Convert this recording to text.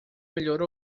melhor